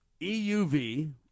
euv